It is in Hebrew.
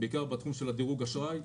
בעיקר בתחום של דירוג אשראי.